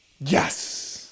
Yes